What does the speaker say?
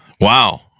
Wow